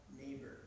neighbor